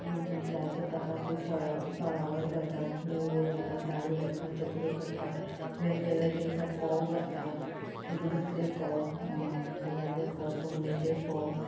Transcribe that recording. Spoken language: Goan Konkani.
जायते प्रकारचीं फळां फळावर करतात नेवऱ्यो करतात लाडू करतात चकऱ्यो करतात वेगवेगळे ते दिसा फोव करतात दुदांतले फोव दुदांतलें फोव फोडणेचें फोव